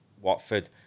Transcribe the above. Watford